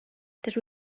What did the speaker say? dydw